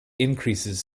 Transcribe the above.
increases